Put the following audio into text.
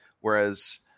whereas